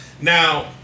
Now